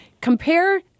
compare